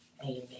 amen